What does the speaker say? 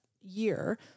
year